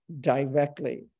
directly